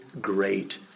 great